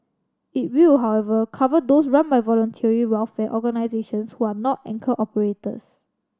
it will however cover those run by voluntary welfare organisations who are not anchor operator